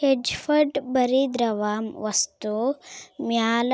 hedge fund ಬರಿ ದ್ರವ ವಸ್ತು ಮ್ಯಾಲ